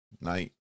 night